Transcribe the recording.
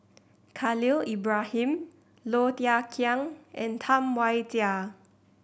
Khalil Ibrahim Low Thia Khiang and Tam Wai Jia